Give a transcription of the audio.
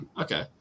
Okay